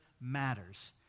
matters